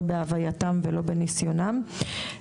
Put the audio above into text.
לא בהווייתם ולא בניסיונם.